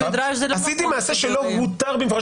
עשיתי מעשה שלא הותר במפורש,